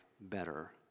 better